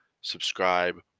subscribe